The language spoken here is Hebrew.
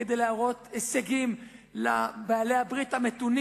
כדי להראות הישגים לבעלי הברית המתונים.